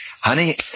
Honey